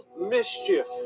mischief